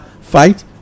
fight